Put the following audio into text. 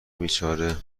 بیچاره